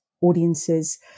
audiences